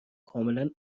کاملا